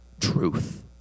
truth